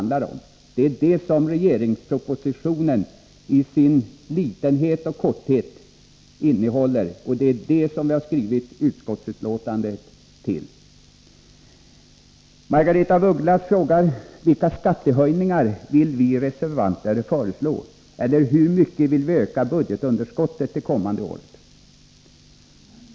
Det är vad regeringspropositionen i sin korthet innehåller, och det är om detta vi har yttrat oss i betänkandet. Margaretha af Ugglas frågar vilka skattehöjningar vi reservanter vill föreslå eller hur mycket vi vill öka budgetunderskottet med det kommande året.